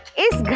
is